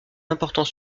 important